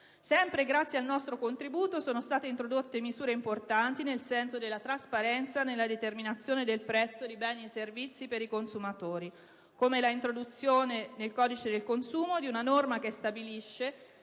Sempre grazie al nostro contributo sono state introdotte misure importanti nel senso della trasparenza nella determinazione del prezzo di beni e servizi per i consumatori, come l'introduzione nel codice del consumo di una norma che stabilisce